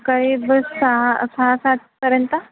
काही बस सहा सहा सातपर्यंत